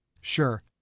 Sure